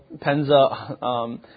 Penza